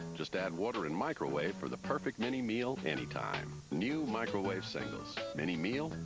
just add water and microwave for the perfect mini-meal anytime. new microwave singles. mini-meal,